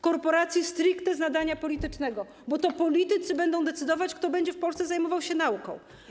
Korporacji stricte z nadania politycznego, bo to politycy będą decydować, kto będzie w Polsce zajmował się nauką.